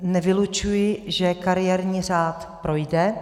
Nevylučuji, že kariérní řád projde.